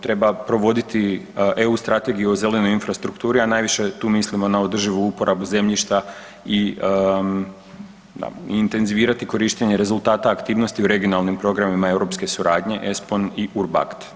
Treba provoditi EU strategiju o zelenoj infrastrukturi, a najviše tu mislimo na održivu uporabu zemljišta i intenzivirati korištenje rezultata aktivnosti u regionalnim programima europske suradnje ESPON i URBACT.